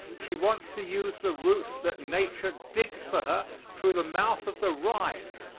she wants to use the route that nature digged for her through the mouth of the rhine.